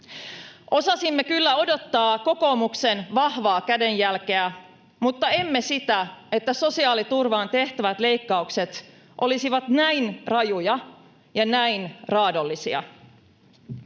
Osasimme kyllä odottaa kokoomuksen vahvaa kädenjälkeä, mutta emme sitä, että sosiaaliturvaan tehtävät leikkaukset olisivat näin rajuja ja näin raadollisia.